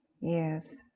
yes